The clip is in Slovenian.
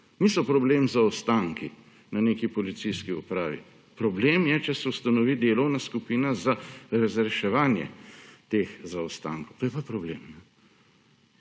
niso problem zaostanki na neki policijski upravi, problem je, če se ustanovi delovna skupina za razreševanje teh zaostankov. To je pa problem.